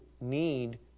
need